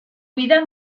vida